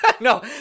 No